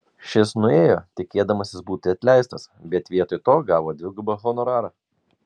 šis nuėjo tikėdamasis būti atleistas bet vietoj to gavo dvigubą honorarą